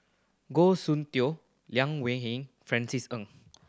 Goh Soon Tioe Liang Wenfu Francis Ng